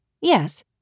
Yes